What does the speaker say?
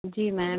जी ma'am